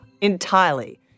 entirely